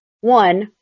One